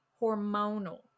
hormonal